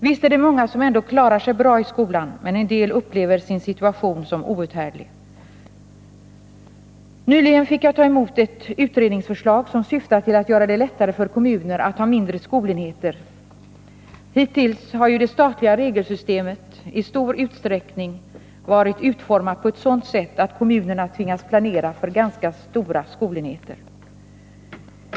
Visst är det många som ändå klarar sig bra i skolan, men en del upplever sin situation som outhärdlig. Nyligen fick jag ta emot ett utredningsförslag som syftade till att göra det lättare för kommuner att ha mindre skolenheter. Hittills har ju det statliga regelsystemet i stor utsträckning varit utformat på ett sådant sätt att kommunerna tvingats planera för ganska stora skolenheter.